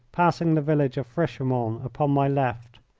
passing the village of frishermont upon my left.